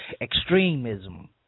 extremism